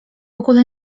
ogóle